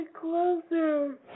closer